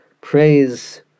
praise